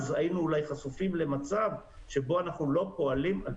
אז היינו אולי חשופים למצב שבו אנחנו לא פועלים על